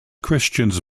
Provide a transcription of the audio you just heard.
christians